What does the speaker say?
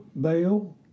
bail